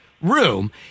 room